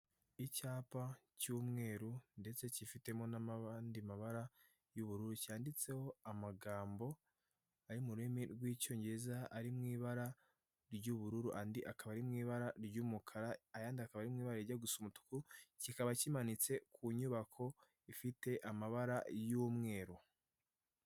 Umugore wambaye ikanzu y'igitenge ahagaze mu nzu ikorerwamo ubucuruzi bw'imyenda idoze, nayo imanitse ku twuma dufite ibara ry'umweru, hasi no hejuru ndetse iyo nzu ikorerwamo ubucuruzi ifite ibara ry'umweru ndetse n'inkingi zishinze z'umweru zifasheho iyo myenda imanitse.